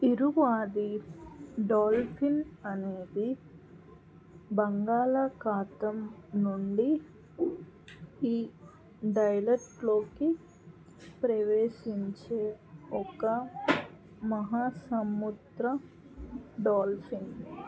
Irrawaddy dolphin అనేది బంగాళాఖాతం నుండి ఈ డైలేట్లోకి ప్రవేశించే ఒక మహాసముద్ర డాల్ఫిన్